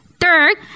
Third